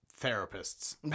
therapists